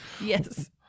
Yes